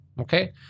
okay